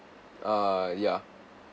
ah ya